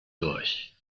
durch